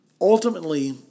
Ultimately